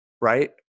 right